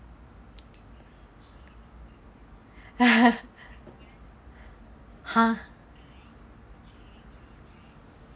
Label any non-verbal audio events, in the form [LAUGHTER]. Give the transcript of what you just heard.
[LAUGHS] !huh!